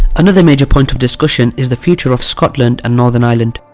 another major point of discussion is the future of scotland and northern ireland.